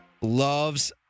loves